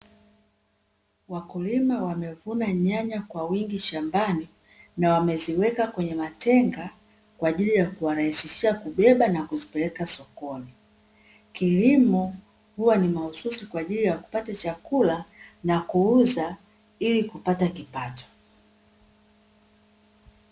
Wakulima wamevuna nyanya kwa wingi shambani, na wameziweka kwenye matenga kwa ajili ya kuwarahisishia kubeba na kuzipeleka sokoni. Kilimo huwa ni mahususi kwa ajili ya kupata chakula na kuuza ili kupata kipato.